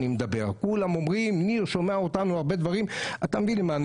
כולם אומרים שניר שומע אותנו בהרבה דברים ואתה מבין למה אני